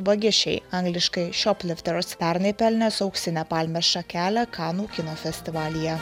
vagišiai angliškai šioplifters pernai pelnęs auksinę palmės šakelę kanų kino festivalyje